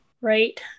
right